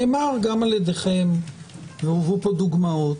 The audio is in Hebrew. נאמר גם על ידיכם והובאו פה דוגמאות,